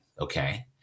okay